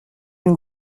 une